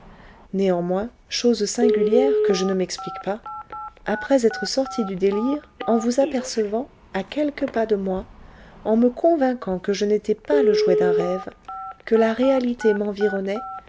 néanmoins chose singulière que je ne m'explique pas après être sorti du délire en vous apercevant à quelques pas de moi en me convainquant que je n'étais pas le jouet d'un rêve que la réalité m'environnait